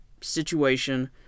situation